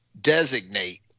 designate